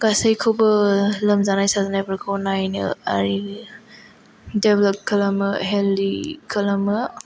गासैखौबो लोमजानाय साजानायफोरखौ नायनो आरो देबेलप्द खालामनो हेल्दि खालामो